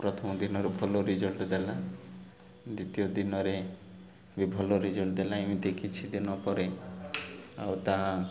ପ୍ରଥମ ଦିନରେ ଭଲ ରେଜଲ୍ଟ ଦେଲା ଦ୍ୱିତୀୟ ଦିନରେ ବି ଭଲ ରେଜଲ୍ଟ ଦେଲା ଏମିତି କିଛିଦିନ ପରେ ଆଉ ତାହା